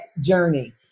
journey